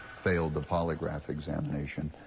failed the polygraph examination,